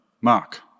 Mark